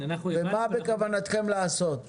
מה בכוונתכם לעשות?